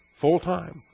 full-time